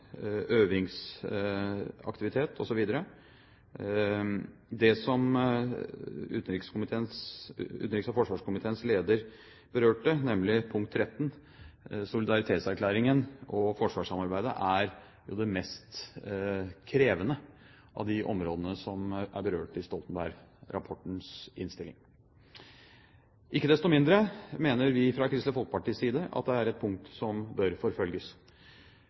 øvingsaktivitet osv. Det som utenriks- og forsvarskomiteens leder berørte, nemlig punkt 13, solidaritetserklæringen og forsvarssamarbeidet, er jo det mest krevende av de områdene som er berørt i Stoltenberg-rapportens innstilling. Ikke desto mindre mener vi fra Kristelig Folkepartis side at det er et punkt som bør forfølges.